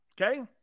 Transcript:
Okay